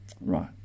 Right